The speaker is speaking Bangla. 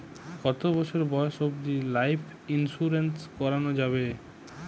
কতো বছর বয়স অব্দি লাইফ ইন্সুরেন্স করানো যাবে?